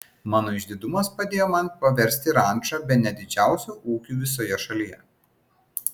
mano išdidumas padėjo man paversti rančą bene didžiausiu ūkiu visoje šalyje